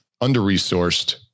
under-resourced